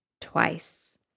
twice